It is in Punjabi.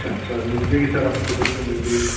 ਸ ਸਰ ਮਿਲ ਜਾਵੇਗੀ ਸਰ ਆਪਾਂ ਨੂੰ ਵਧੀਆ ਮਿਲ ਜਾਵੇਗੀ